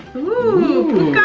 ooh,